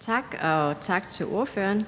Tak, og tak til ordføreren.